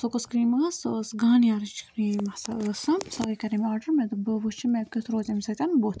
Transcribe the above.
سۄ کُس کرٛیٖم ٲس سۄ ٲس گانیَرٕچ کرٛیٖم ہسا ٲس سۄ سۄے کَرے مےٚ آرڈر مے دوٚپ بہٕ وٕچھٕ مےٚ کیُتھ روزِ اَمہِ سۭتۍ بُتھ